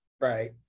right